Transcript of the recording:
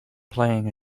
playing